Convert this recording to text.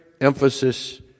emphasis